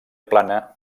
plana